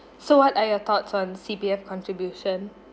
so what are your thoughts on C_P_F contribution